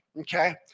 Okay